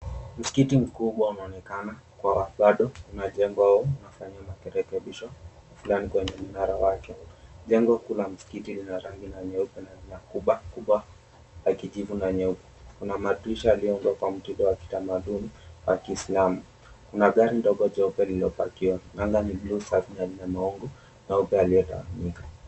Msikiti mkubwa unaonekana kuwa bado unajengwa au inafanywa marekebisho fulani kwa mnara wake. Jengo kuu la msikiti lina rangi ya nyeupe kuba kubwa ya kijivu na nyeupe. Kuna madirisha yaliyoundwa kwa mtindo wa kitamaduni wa kiislamu. Kuna gari ndogo jeupe lililopakiwa. Anga iliyo safi na lina mawingu nyeupe yaliyo tawanyika.